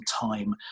time